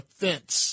fence